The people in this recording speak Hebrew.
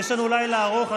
יש לנו לילה ארוך.